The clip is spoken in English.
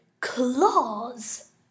Claws